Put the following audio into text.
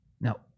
Now